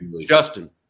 Justin